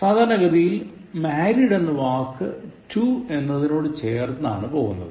സാധാരണഗതിയിൽ Married എന്ന വാക്ക് to എന്നതിനോടാണ് ചേർന്നു പോകുന്നത്